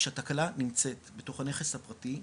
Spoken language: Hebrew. כשהתקלה נמצאת בתוך הנכס הפרטי,